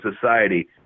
society